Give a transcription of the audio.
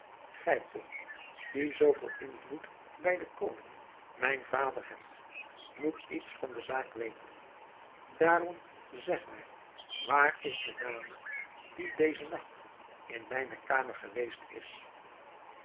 gij toch die zoo veel invloed bij den koning mijn vader hebt moet iets van de zaak weten daarom zeg mij waar is de dame die dezen nacht in mijne kamer geweest is